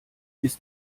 ist